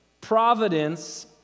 Providence